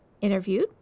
interviewed